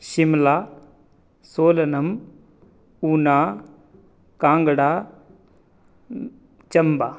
शिम्ला सोलनं ऊना काङ्गडा चम्बा